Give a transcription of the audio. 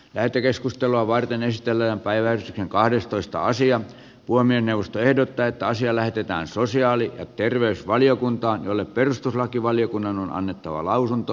lähetekeskustelua varten esitellään päiväys kahdestoista asian puiminen puhemiesneuvosto ehdottaa että asia lähetetään sosiaali ja terveysvaliokuntaan jolle perustuslakivaliokunnan on annettava lausunto